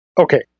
okay